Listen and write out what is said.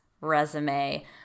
resume